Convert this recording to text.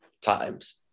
times